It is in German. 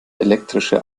elektrische